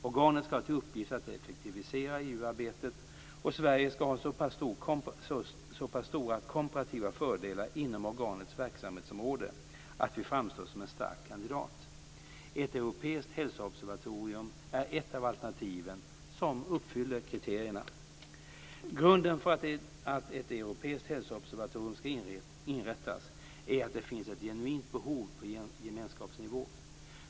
Organet skall ha till uppgift att effektivisera EU-arbetet, och Sverige skall ha så pass stora komparativa fördelar inom organets verksamhetsområde att vi framstår som en stark kandidat. Ett europeiskt hälsoobservatorium är ett av alternativen som uppfyller kriterierna. Grunden för att ett europeiskt hälsoobservatorium skall inrättas är att det finns ett genuint behov på gemenskapsnivå.